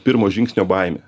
pirmo žingsnio baimė